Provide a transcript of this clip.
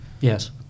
yes